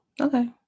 Okay